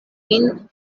min